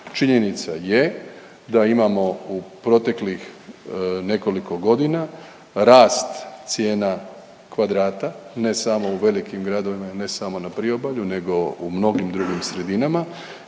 Činjenica je da imamo u proteklih nekoliko godina rast cijena kvadrata, ne samo u velikim gradovima i ne samo na priobalju nego u mnogim drugim sredinama